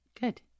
Good